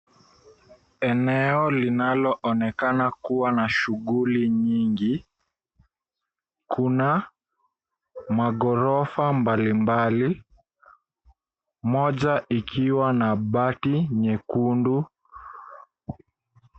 Eneo linaloonekana kuwa na shughuli nyingi kuna maghorofa mbalimbali, moja ikiwa na bati nyekundu.